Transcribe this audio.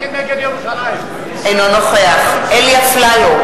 אינו נוכח אלי אפללו,